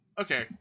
Okay